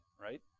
right